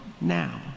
now